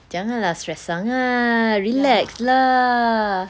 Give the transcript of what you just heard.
jangan lah stressed sangat relax lah